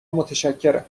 متشکرم